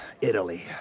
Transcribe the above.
Italy